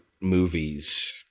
movies